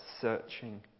searching